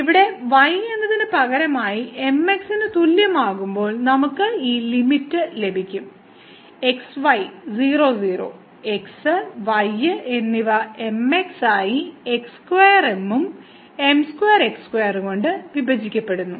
ഇവിടെ y എന്നതിന് പകരമായി mx ന് തുല്യമാകുമ്പോൾ നമുക്ക് ഈ ലിമിറ്റ് ലഭിക്കും x y 00 x y എന്നിവ mx ആയി x2m ഉം m2x2 കൊണ്ട് വിഭജിക്കപ്പെടുന്നു